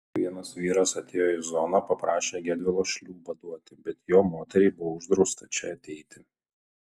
vienas vyras atėjo į zoną paprašė gedvilo šliūbą duoti bet jo moteriai buvo uždrausta čia ateiti